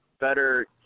better